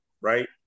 right